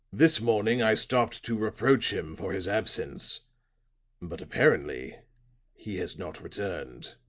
this morning i stopped to reproach him for his absence but apparently he has not returned.